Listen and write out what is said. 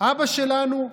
אבא שלנו.